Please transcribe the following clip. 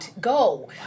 go